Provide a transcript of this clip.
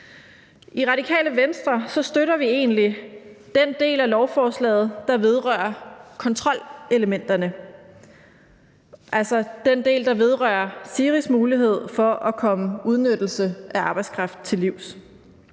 I Radikale Venstre støtter vi egentlig den del af lovforslaget, der vedrører kontrolelementerne, altså den del, der vedrører SIRI's mulighed for at komme udnyttelse af arbejdskraft til livs.